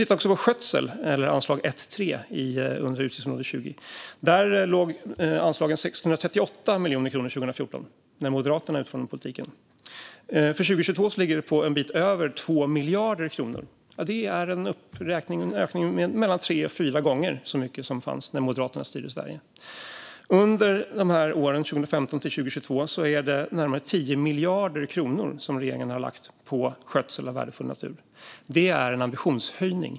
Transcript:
Vi kan också titta på skötseln - anslag 1:3 inom utgiftsområde 20. Anslaget låg på 638 miljoner kronor 2014, när Moderaterna utformade politiken. För 2022 ligger det på en bit över 2 miljarder kronor. Det är mellan tre och fyra gånger så mycket som när Moderaterna styrde Sverige. Under de här åren, 2015-2022, har regeringen lagt närmare 10 miljarder kronor på skötsel av värdefull natur. Det är en ambitionshöjning.